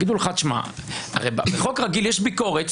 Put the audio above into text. יגידו לך: הרי בחוק רגיל יש ביקורת,